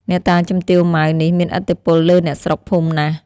អ្នកតាជំទាវ ម៉ៅ នេះ មានឥទ្ធិពលលើអ្នកស្រុកភូមិណាស់ ។